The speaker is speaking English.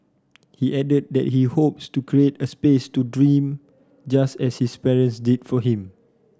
he added that he hopes to create a space to dream just as his parents did for him